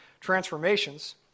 transformations